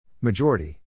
Majority